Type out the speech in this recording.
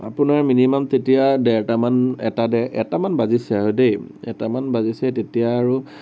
আপোনাৰ মিনিমাম তেতিয়া ডেৰটামান এটা ডেৰ এটামান বাজিছে দেই এটামান বাজিছে তেতিয়া আৰু